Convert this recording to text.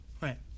right